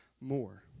more